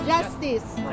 Justice